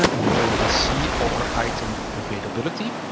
but where we see our item availability,